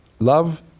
Love